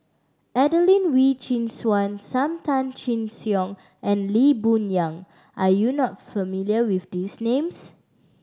Adelene Wee Chin Suan Sam Tan Chin Siong and Lee Boon Yang are you not familiar with these names